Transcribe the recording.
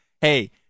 Hey